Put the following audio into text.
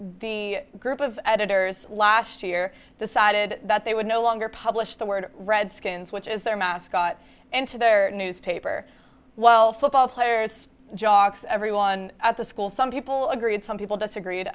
the group of editors last year the cited that they would no longer publish the word redskins which is their mascot and to their newspaper well football players jocks everyone at the school some people agree and some people disagreed